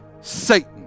Satan